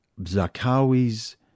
Zakawi's